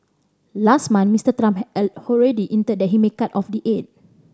last month Mister Trump had already hinted that he may cut off the aid